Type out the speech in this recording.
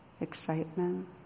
excitement